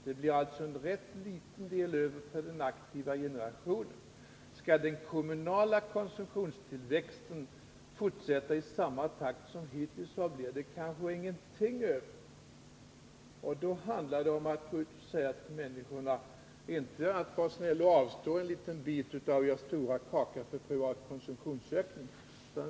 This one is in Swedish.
Det blir alltså en rätt liten del över till den aktiva generationen. Skall den kommunala konsumtionstillväxten fortsätta i samma takt som hittills blir det kanske ingenting över. Då handlar det inte om att gå ut och säga till människorna: Var snäll och avstå en liten bit av er stora kaka för privat konsumtionsökning!